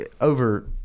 over –